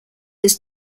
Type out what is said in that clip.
his